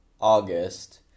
August